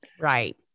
Right